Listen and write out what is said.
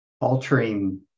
altering